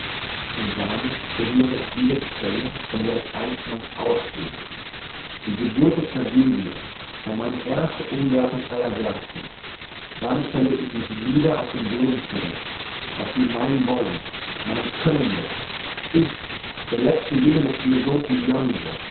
und damit berühre ich wieder die stelle von der ich einstmals ausgieng die geburt der tragödie war meine erste umwerthung aller werthe damit stelle ich mich wieder auf den boden zurück aus dem mein wollen mein können wächst ich der letzte jünger des